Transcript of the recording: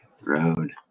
Road